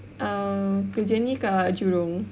err kerja ini kat Jurong